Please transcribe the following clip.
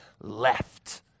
left